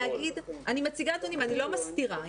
אני מציגה נתונים, אני לא מסתירה.